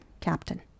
Captain